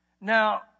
Now